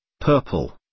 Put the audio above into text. purple